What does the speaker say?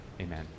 Amen